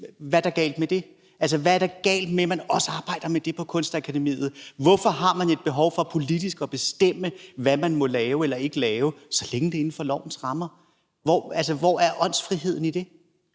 Hvad er der galt med det? Altså, hvad er der galt med, at man også arbejder med det på Kunstakademiet? Hvorfor har man et behov for politisk at bestemme, hvad man må lave eller ikke lave, så længe det er inden for lovens rammer? Altså, hvor er åndsfriheden i det?